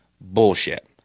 bullshit